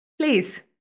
please